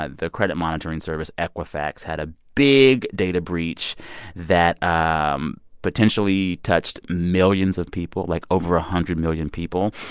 ah the credit-monitoring service equifax had a big data breach that ah um potentially touched millions of people, like over a hundred million people.